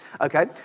Okay